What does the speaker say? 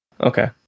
Okay